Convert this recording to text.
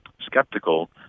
skeptical